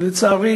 ולצערי